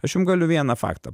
aš jum galiu vieną faktą